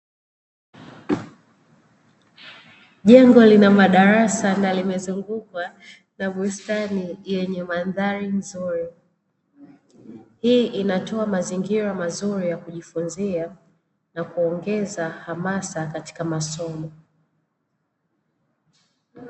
Jengo linamadarasa na limezungukwa na bustani yenye mandhari nzuri, hii inatoa mazingira mazuri ya kujifunzia na kuongeza hamasa katika masomo.